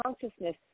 consciousness